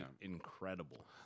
incredible